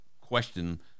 question